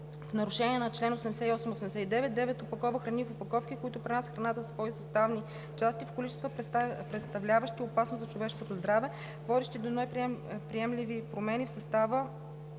в нарушение на чл. 88 и 89; 9. опакова храни в опаковки, които пренасят в храната свои съставни части в количества, представляващи опасност за човешкото здраве, водещи до неприемливи промени в състава